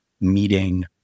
meeting